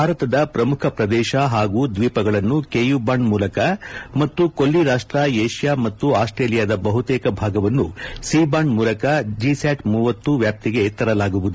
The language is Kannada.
ಭಾರತದ ಪ್ರಮುಖ ಪ್ರದೇಶವನ್ನು ಹಾಗೂ ದ್ಲೀಪಗಳನ್ನು ಕೆಯು ಬಾಂಡ್ ಮೂಲಕ ಮತ್ತು ಕೊಲ್ಲಿ ರಾಷ್ಟ ಏಷ್ಯಾ ಮತ್ತು ಆಸ್ಟ್ರೇಲಿಯಾದ ಬಹುತೇಕ ಭಾಗವನ್ನು ಸಿ ಬಾಂಡ್ ಜಿಸ್ಯಾಟ್ ವ್ಯಾಪ್ತಿಗೆ ತರಲಾಗುವುದು